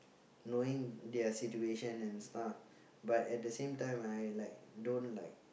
knowing their situation and stuff but at the same time I like don't like